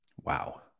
Wow